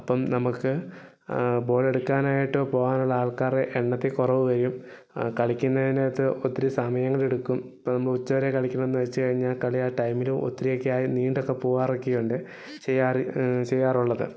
അപ്പം നമുക്ക് ബോൾ എടുക്കാനായിട്ട് പോകാനുള്ള ആൾക്കാരെ എണ്ണത്തിൽ കുറവ് വരും കളിക്കുന്നതിനകത്ത് ഒത്തിരി സമയങ്ങളെടുക്കും ഇപ്പം നമ്മൾ ഉച്ചവരെ കളിക്കുന്നൂ എന്ന് വച്ച് കഴിഞ്ഞാൽ കളി ആ ടൈമില് ഒത്തിരിയൊക്കെയായി നീണ്ടക്കെ പോവാറൊക്കെയുണ്ട് ചെയ്യാറ് ചെയ്യാറുള്ളത്